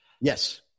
Yes